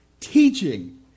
teaching